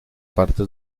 parte